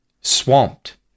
swamped